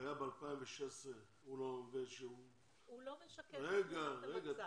שהיה ב-2016 --- הוא לא משקף את תמונת המצב.